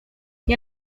nie